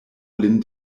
lin